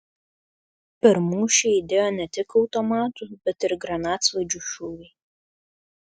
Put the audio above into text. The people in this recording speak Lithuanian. per mūšį aidėjo ne tik automatų bet ir granatsvaidžių šūviai